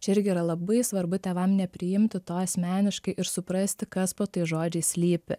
čia irgi yra labai svarbu tėvam nepriimti to asmeniškai ir suprasti kas po tais žodžiais slypi